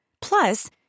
Plus